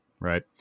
right